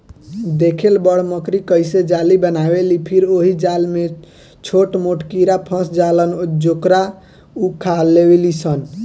देखेल बड़ मकड़ी कइसे जाली बनावेलि फिर ओहि जाल में छोट मोट कीड़ा फस जालन जेकरा उ खा लेवेलिसन